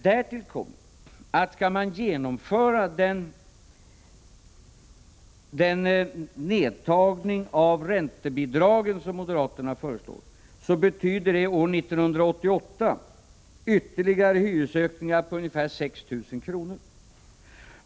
Därtill kommer att ett genomförande av den minskning av räntebidragen som moderaterna föreslår betyder ytterligare hyresökningar år 1988 på ungefär 6 000 kr.